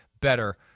better –